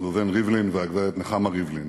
ראובן ריבלין והגברת נחמה ריבלין,